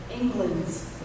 England's